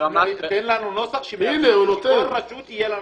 לנו נוסח שכל רשות יהיה לה נציג.